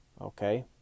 okay